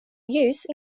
use